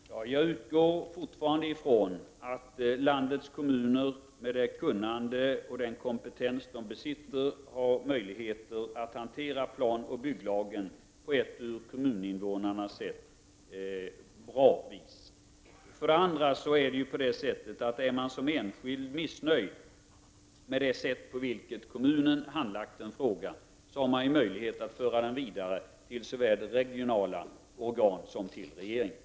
Herr talman! Jag utgår fortfarande från att landets kommuner, med det kunnande och den kompetens de besitter, har möjligheter att hantera planoch bygglagen på ett från kommuninvånarnas perspektiv bra sätt. Vidare kan ju den enskilde som är missnöjd med det sätt på vilket kommunen handlagt en fråga föra denna fråga vidare till såväl regionala organ som regeringen.